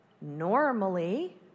normally